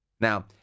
Now